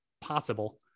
possible